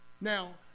Now